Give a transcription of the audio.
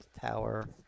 tower